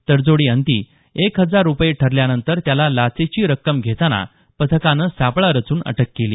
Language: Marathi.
तडजोडी अंती एक हजार रूपये ठरल्यानंतर त्याला लाचेची रक्कम घेतांना पथकानं सापळा रचून अटक केली